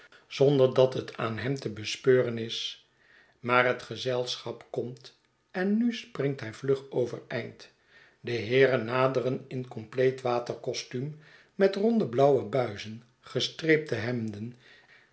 zonder dat het aan hem te bespeuren is maar het gezelschap komt en nu springt hij vlug overeind de heeren naderen in compleet watercostuum met ronde blauwe buizen gestreepte hemden